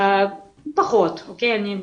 פחות אולי,